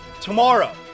tomorrow